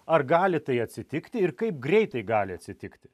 ar gali tai atsitikti ir kaip greitai gali atsitikti